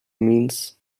means